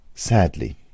Sadly